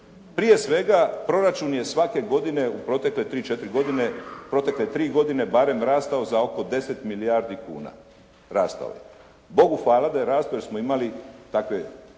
Prije svega, proračun je svake godine u protekle 3, 4 godine, protekle 3 godine barem rastao za oko 10 milijardi kuna. Rastao je. Bogu hvala da je rastao jer smo imali dakle